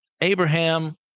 Abraham